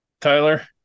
Tyler